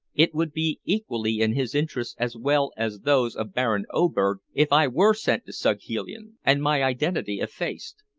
it would be equally in his interests as well as those of baron oberg if i were sent to saghalien and my identity effaced.